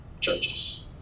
churches